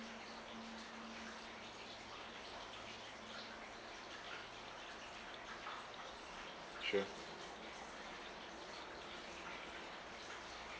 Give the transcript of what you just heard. sure